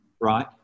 right